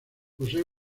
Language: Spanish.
posee